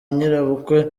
nyirabukwe